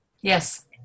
Yes